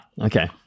Okay